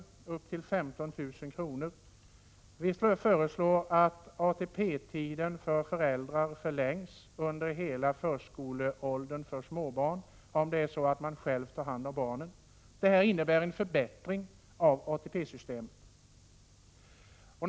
Vi föreslår vidare att den ATP-grundande tiden för föräldrar som själva tar hand om sina småbarn förlängs till att gälla för hela förskoleåldern. Detta innebär en förbättring av ATP-systemet.